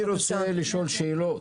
אני רוצה לשאול שאלות.